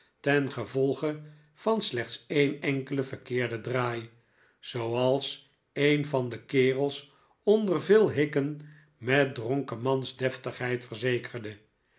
ten gevolge van slechts een enkelen verkeerden draai zooals een van de kerels onder veel hikken met dronkemans deftigheid verzekerde